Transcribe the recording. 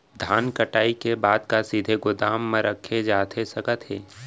धान कटाई के बाद का सीधे गोदाम मा रखे जाथे सकत हे?